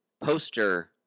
poster